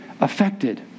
affected